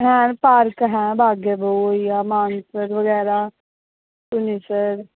हैन पार्क हैन बाग ए बहु होई गेआ मानसर बगैरा सुनीसर